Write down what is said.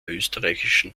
österreichischen